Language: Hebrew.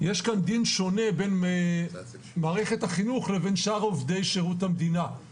מאחר וכבר